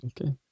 okay